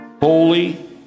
holy